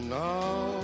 now